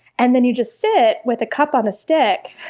and then you just sit with a cup on a stick,